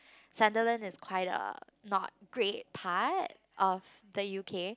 Sunderland is quite a not great part of the U_K